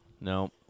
No